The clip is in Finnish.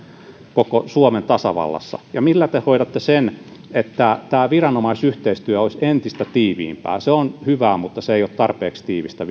koko suomen tasavallassa ja millä te hoidatte sen että tämä viranomaisyhteistyö olisi entistä tiiviimpää se on hyvää mutta se ei ole tarpeeksi tiiviistä